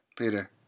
Peter